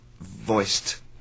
voiced